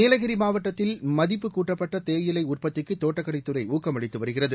நீலகிரி மாவட்டத்தில் மதிப்புகூட்டப்பட்ட தேயிலை உற்பத்திக்கு தோட்டக்கலைத் துறை ஊக்கமளித்து வருகிறது